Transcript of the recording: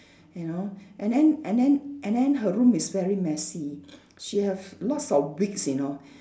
you know and then and then and then her room is very messy she have lots of wigs you know